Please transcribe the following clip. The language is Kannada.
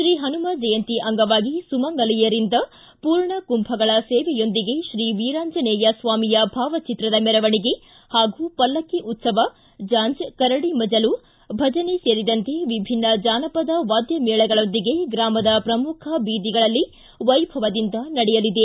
ಶ್ರೀ ಪನುಮ ಜಯಂತಿ ಅಂಗವಾಗಿ ಸುಮಂಗಲೆಯರಿಂದ ಪೂರ್ಣ ಕುಂಭಗಳ ಸೇವೆಯೊಂದಿಗೆ ಶ್ರೀವೀರಾಂಜನೇಯ ಸ್ವಾಮಿಯ ಭಾವಚಿತ್ರದ ಮೆರವಣಿಗೆ ಹಾಗೂ ಪಲ್ಲಕ್ಷಿ ಉತ್ಸವ ಜಾಂಜ ಕರಡಿ ಮಜಲು ಭಜನೆ ಸೇರಿದಂತೆ ವಿಭಿನ್ನ ಜಾನಪದ ವಾದ್ಯ ಮೇಳಗಳೊಂದಿಗೆ ಗ್ರಾಮದ ಪ್ರಮುಖ ಬೀದಿಗಳಲ್ಲಿ ವೈಭವದಿಂದ ನಡೆಯಲಿದೆ